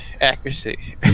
accuracy